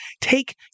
take